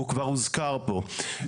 הוא כבר הוזכר פה.